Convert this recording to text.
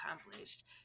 accomplished